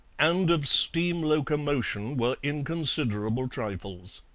and of steam locomotion were inconsiderable trifles.